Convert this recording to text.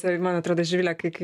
ir man atrodo živile kai kai